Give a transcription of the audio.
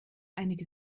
einige